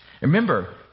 Remember